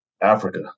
Africa